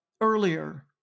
earlier